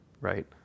right